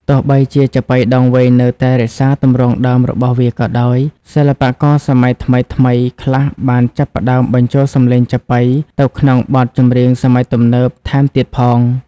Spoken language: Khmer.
ទោះបីជាចាប៉ីដងវែងនៅតែរក្សាទម្រង់ដើមរបស់វាក៏ដោយ សិល្បករសម័យថ្មីៗខ្លះបានចាប់ផ្តើមបញ្ចូលសម្លេងចាប៉ីទៅក្នុងបទចម្រៀងសម័យទំនើបថែមទៀតផង។